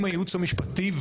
עם הייעוץ המשפטי,